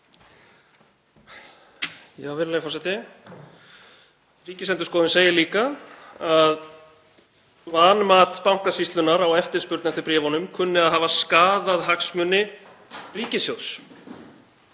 Virðulegur forseti. Ríkisendurskoðun segir líka að vanmat Bankasýslunnar á eftirspurn eftir bréfunum kunni að hafa skaðað hagsmuni ríkissjóðs.